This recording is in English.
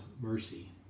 mercy